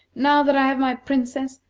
now that i have my princess,